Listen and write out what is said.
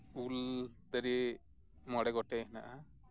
ᱩᱞ ᱫᱟᱨᱮ ᱢᱚᱬᱮ ᱜᱚᱴᱮᱱ ᱢᱮᱱᱟᱜᱼᱟ